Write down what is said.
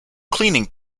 cleaning